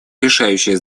решающее